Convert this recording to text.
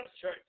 church